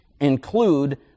include